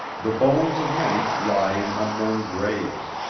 the bones of many lie in unknown graves.